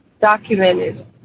documented